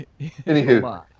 Anywho